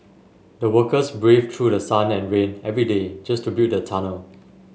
the workers braved through sun and rain every day just to build the tunnel